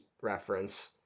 reference